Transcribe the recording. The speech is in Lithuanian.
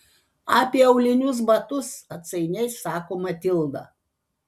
apie aulinius batus atsainiai sako matilda